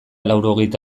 laurogeita